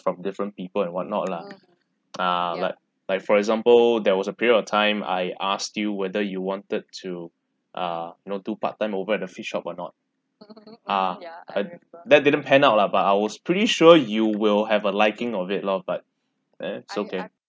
from different people and what not lah ah like like for example there was a period of time I asked you whether you wanted to uh you know do part time over at the fish shop or not ah had that didn't pan out lah but I was pretty sure you will have a liking of it lor but eh it's okay